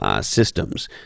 systems